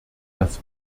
das